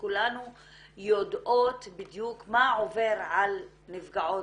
וכולנו יודעות בדיוק מה עובר על נפגעות,